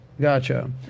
Gotcha